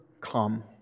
come